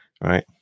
Right